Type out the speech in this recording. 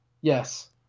Yes